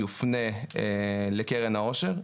יופנה לקרן העושר,